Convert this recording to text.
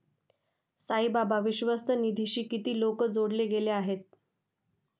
साईबाबा विश्वस्त निधीशी किती लोक जोडले गेले आहेत?